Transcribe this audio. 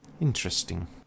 Interesting